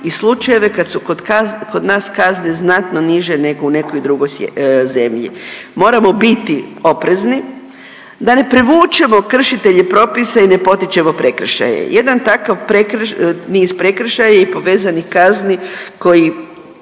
i slučajeve kad su kod nas kazne znatno niže nego u nekoj drugoj zemlji. Moramo biti oprezni da ne privučemo prekršitelje propisa i ne potičemo prekršaje. Jedan takav niz prekršaja je i povezanih kazni koji